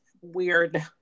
weird